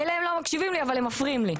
מילא שהם לא מקשיבים לי אבל הם מפריעים לי.